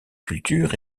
cultures